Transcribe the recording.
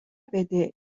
بده